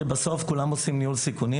תראי, בסוף כולם עושים ניהול סיכונים.